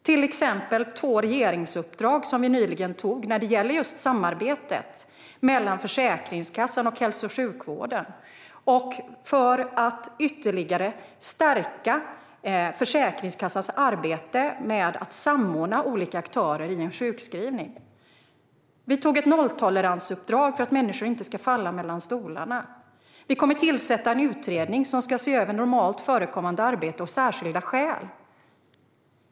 Nyligen beslutade vi om två regeringsuppdrag när det gäller samarbetet mellan Försäkringskassan och hälso och sjukvården och för att ytterligare stärka Försäkringskassans arbete med att samordna olika aktörer inom sjukskrivningen. Vi har lämnat ett nolltoleransuppdrag för att människor inte ska falla mellan stolarna. Vi kommer att tillsätta en utredning som ska se över normalt förekommande arbete och särskilda skäl.